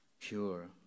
pure